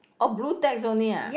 oh blu-tacks only ah